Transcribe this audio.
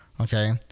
Okay